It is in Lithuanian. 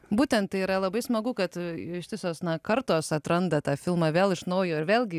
būtent tai yra labai smagu kad ištisos kartos atranda tą filmą vėl iš naujo ir vėlgi